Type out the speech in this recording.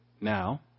now